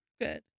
Good